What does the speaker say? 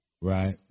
Right